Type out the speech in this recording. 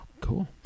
cool